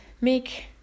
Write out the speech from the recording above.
make